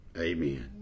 Amen